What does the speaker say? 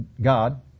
God